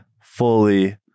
fully